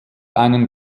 einen